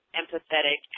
empathetic